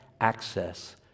access